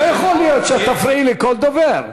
לא יכול להיות שתפריעי לכל דובר,